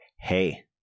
hey